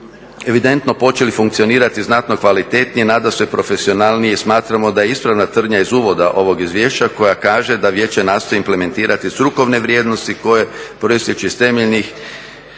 evidentno počeli funkcionirati znantno kvalitetnije, nadasve profesionalnije i smatramo da je ispravna tvrdnja iz uvoda ovog izvješća koja kaže da vijeće nastoji implementirati strukovne vrijednosti koje proistječu iz temeljnih,